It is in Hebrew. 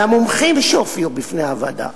והמומחים שהופיעו בפני הוועדה,